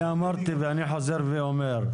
אמרתי ואני חוזר ואומר.